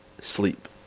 Sleep